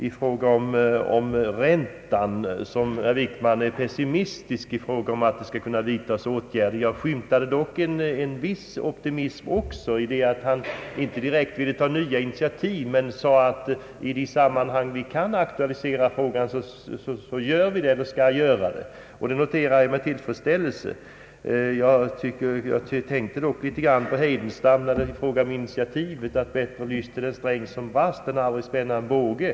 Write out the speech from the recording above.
Herr Wickman är pessimistisk i fråga om räntan, men jag skymtade också en viss optimism i hans anförande. Herr Wickman vill inte direkt ta nya initiativ, men han sade att regeringen skall aktualisera frågan i de sammanhang där så kan ske, och det noterar jag med tillfredsställelse. När det blev tal om initiativ tänkte jag på Heidenstams ord: Det är skönare lyss till en sträng som brast än att aldrig spänna en båge!